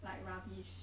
like rubbish